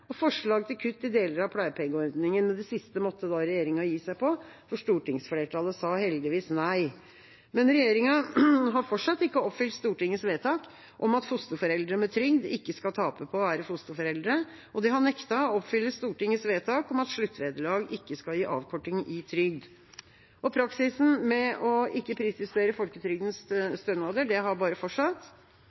og forslag til kutt i deler av pleiepengeordningen, men det siste måtte regjeringa gi seg på, for stortingsflertallet sa heldigvis nei. Men regjeringa har fortsatt ikke oppfylt Stortingets vedtak om at fosterforeldre med trygd ikke skal tape på å være fosterforeldre, og de har nektet å oppfylle Stortingets vedtak om at sluttvederlag ikke skal gi avkorting i trygd. Praksisen med ikke å prisjustere folketrygdens stønader har bare fortsatt.